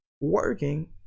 working